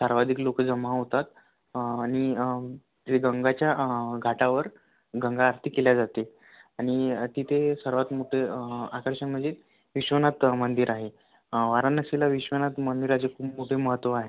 सार्वाधिक लोक जमा होतात आणि ते गंगाच्या घाटावर गंगा आरती केली जाते आणि तिथे सर्वात मोठं आकर्षण म्हणजे विश्वनाथ मंदिर आहे वाराणसीला विश्वनाथ मंदिराचे खूप मोठे महत्त्व आहे